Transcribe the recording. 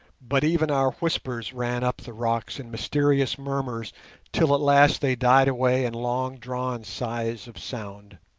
but even our whispers ran up the rocks in mysterious murmurs till at last they died away in long-drawn sighs of sound.